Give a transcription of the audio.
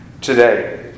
today